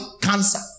cancer